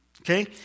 Okay